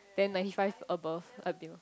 then ninety five above